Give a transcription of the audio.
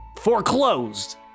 Foreclosed